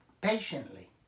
patiently